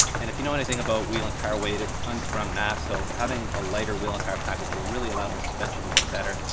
and if you know anything about wheel and tyre weight, it's unsprung mass. so having a lighter wheel and tyre package will really allow the suspension to work better,